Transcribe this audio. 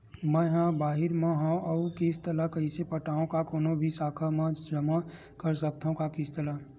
मैं हा बाहिर मा हाव आऊ किस्त ला कइसे पटावव, का कोनो भी शाखा मा जमा कर सकथव का किस्त ला?